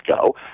go